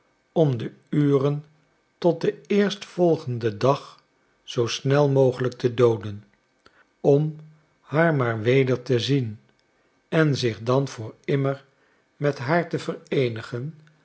om de uren tot den eerstvolgenden dag zoo snel mogelijk te dooden om haar maar weder te zien en zich dan voor immer met haar te vereenigen